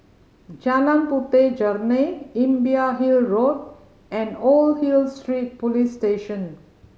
Jalan Puteh Jerneh Imbiah Hill Road and Old Hill Street Police Station